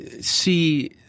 see